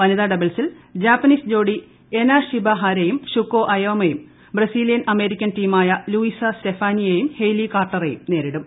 വനിതാ ഡബിൾസിൽ ജാപ്പനിസ് ജോഡി എനാ ഷിബാ ഹാരെയും ഷുക്കോ അയോമയും ബ്രസീലിയൻ അമേരിക്കൻ ടീമായ ലൂയിസാ സ്റ്റെഫാനിയയെയും ഹെയ്ലി കാർട്ടറെയും നേരിടും